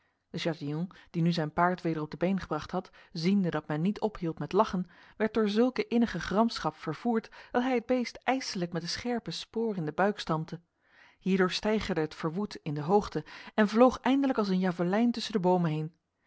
die nu zijn paard weder op de been gebracht had ziende dat men niet ophield met lachen werd door zulke innige gramschap vervoerd dat hij het beest ijselijk met de scherpe spoor in de buik stampte hierdoor steigerde het verwoed in de hoogte en vloog eindelijk als een javelijn tussen de bomen heen